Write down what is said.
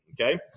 okay